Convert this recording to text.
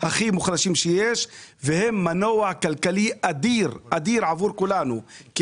הכי מוחלשים שיש והם מנוע כלכלי אדיר עבור כולנו כי